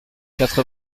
quatre